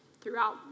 throughout